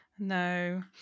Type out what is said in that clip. No